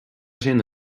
sin